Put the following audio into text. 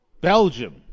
Belgium